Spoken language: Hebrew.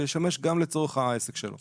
שישמש גם לצורך העסק שלו.